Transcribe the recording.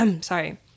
sorry